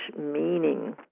meaning